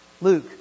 Luke